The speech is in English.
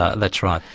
ah that's right.